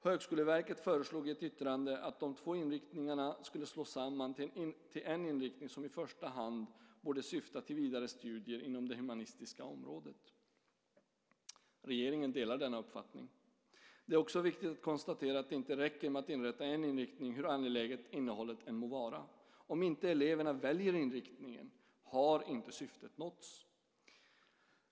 Högskoleverket föreslog i ett yttrande att de två inriktningarna skulle slås samman till en inriktning som i första hand borde syfta till vidare studier inom det humanistiska området. Regeringen delar denna uppfattning. Det är också viktigt att konstatera att det inte räcker med att inrätta en inriktning hur angeläget innehållet än må vara. Om inte eleverna väljer inriktningen har inte syftet nåtts.